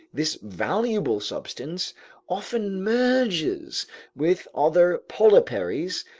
this valuable substance often merges with other polyparies,